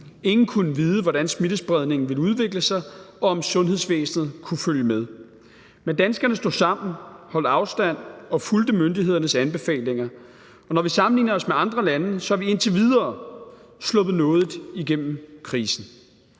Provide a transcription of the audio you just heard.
Ingen kunne vide, hvordan smittespredningen ville udvikle sig, og om sundhedsvæsenet kunne følge med. Men danskerne stod sammen, holdt afstand og fulgte myndighedernes anbefalinger. Og når vi sammenligner os med andre lande, er vi indtil videre sluppet nådigt igennem krisen.